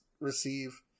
receive